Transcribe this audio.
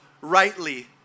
rightly